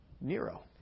Nero